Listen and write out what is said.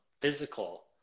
physical